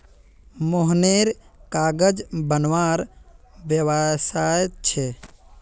मोहनेर कागज बनवार व्यवसाय छे